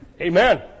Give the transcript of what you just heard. Amen